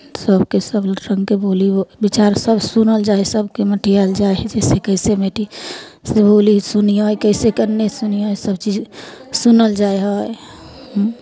सभके सबरङ्गके बोली विचार सब सुनल जाइ हइ सभके मटिआएल जाइ हइ जइसे कइसे मिटै से बोली सुनिए कइसेके नहि सुनिए सबचीज सुनल जाइ हइ